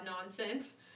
nonsense